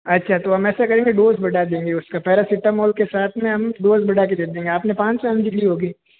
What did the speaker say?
अच्छा तो हम ऐसा करेंगे डोज बढ़ा देंगे उसका पेरासिटामोल के साथ में हम डोज बढ़ा के दे देंगे अपने पाँच सौ एम जी की ली होगी